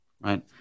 right